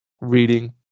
reading